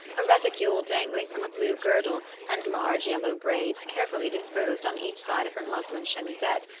a reticule dangling from a blue girdle, and large yellow braids carefully disposed on each side of her muslin chemisette,